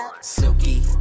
silky